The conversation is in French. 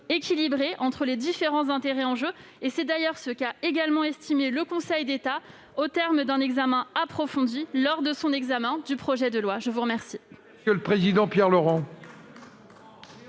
équilibrée entre les différents intérêts en jeu. C'est d'ailleurs ce qu'a également estimé le Conseil d'État, au terme d'un examen approfondi du projet de loi. Soit vous n'avez